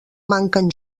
manquen